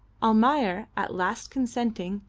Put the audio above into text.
almayer, at last consenting,